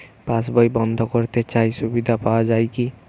পাশ বই বন্দ করতে চাই সুবিধা পাওয়া যায় কি?